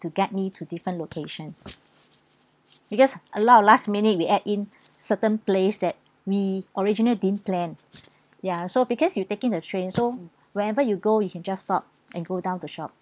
to get me to different locations because a lot of last minute we add in certain places that we original didn't plan ya so because you taking the train so wherever you go you can just stop and go down the shop